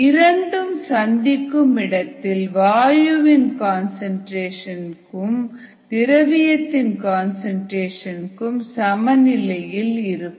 இரண்டும் சந்திக்கும் இடத்தில் வாயுவின் கன்சன்ட்ரேஷ கன்சன்ட்ரேஷனும் திரவியத்தின் கன்சன்ட்ரேஷனும் சமநிலையில் இருக்கும்